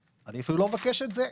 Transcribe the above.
אני אפילו לא מבקש את זה.